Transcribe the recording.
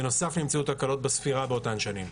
בנוסף, נמצאו תקלות בספירה באותן שנים.